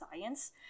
science